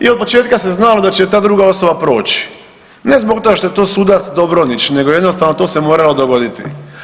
I od početka se znalo da će ta druga osoba proći ne zbog toga što je to sudac Dobronić, nego jednostavno to se moralo dogoditi.